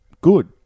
good